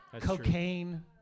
Cocaine